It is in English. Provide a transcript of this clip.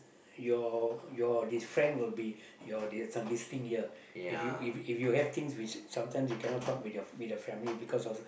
your your this friend will be your the some listening ear if you if you if you have things which sometimes you cannot talk with your with your family because of